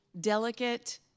delicate